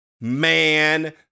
Man